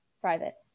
Private